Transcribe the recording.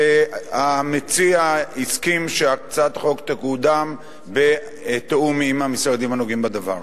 והמציע הסכים שהצעת החוק תקודם בתיאום עם המשרדים הנוגעים בדבר.